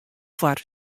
foar